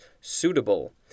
suitable